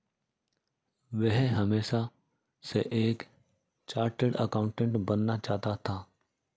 वह हमेशा से एक चार्टर्ड एकाउंटेंट बनना चाहता था